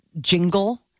Jingle